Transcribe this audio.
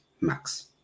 max